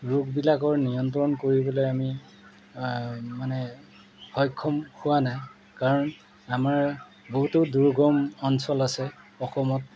ৰোগবিলাকৰ নিয়ন্ত্ৰণ কৰিবলৈ আমি মানে সক্ষম হোৱা নাই কাৰণ আমাৰ বহুতো দুৰ্গম অঞ্চল আছে অসমত